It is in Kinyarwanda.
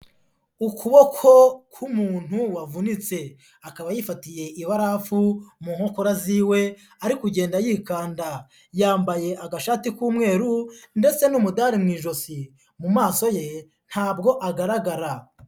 Ukuboko k'umuntu wavunitse akaba yifatiye ibarafu mu nkokora ziwe, ari kugenda yikanda, yambaye agashati k'umweru ndetse n'umudari mu ijosi, mu maso ye ntabwo agaragara.